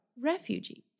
refugees